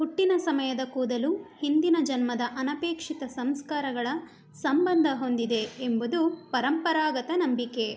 ಹುಟ್ಟಿನ ಸಮಯದ ಕೂದಲು ಹಿಂದಿನ ಜನ್ಮದ ಅನಪೇಕ್ಷಿತ ಸಂಸ್ಕಾರಗಳ ಸಂಬಂಧ ಹೊಂದಿದೆ ಎಂಬುದು ಪರಂಪರಾಗತ ನಂಬಿಕೆ